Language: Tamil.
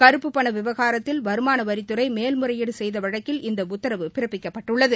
கறுப்புப் பண விவகாரத்தில் வருமான வரித்துறை மேல் முறையீடு செய்த வழக்கில் இந்த உத்தரவு பிறப்பிக்கப்பட்டுள்ளது